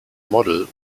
model